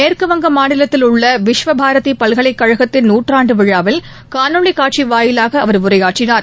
மேற்குவங்க மாநிலத்தில் உள்ள விஸ்வபாரதி பல்கலைக்கழகத்தின் நூற்றாண்டு விழாவில் காணொலி காட்சி வாயிலாக அவர் உரையாற்றினார்